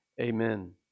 Amen